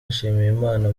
nshimiyimana